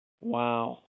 Wow